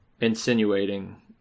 insinuating